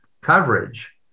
coverage